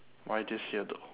why this year though